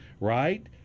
Right